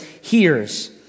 hears